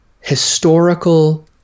historical